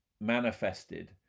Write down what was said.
manifested